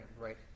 right